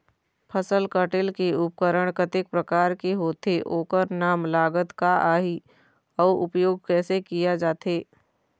फसल कटेल के उपकरण कतेक प्रकार के होथे ओकर नाम लागत का आही अउ उपयोग कैसे किया जाथे?